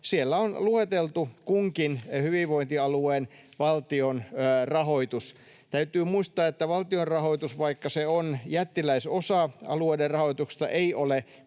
on lueteltu kunkin hyvinvointialueen valtionrahoitus. Täytyy muistaa, että valtionrahoitus, vaikka se on jättiläisosa alueiden rahoituksesta, ei ole